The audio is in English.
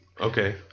Okay